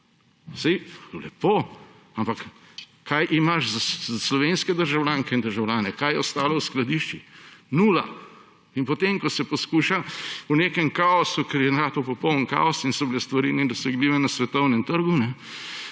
Saj lepo, ampak kaj imaš za slovenske državljanke in državljane, kaj je ostalo v skladiščih? Nula. In potem ko se poskuša v nekem kaosu − ker je nastal popoln kaos in so bile stvari nedosegljive na svetovnem trgu